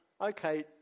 Okay